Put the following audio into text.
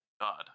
God